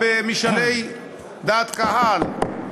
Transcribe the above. במשאלי דעת קהל,